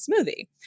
smoothie